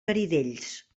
garidells